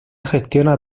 gestiona